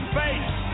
face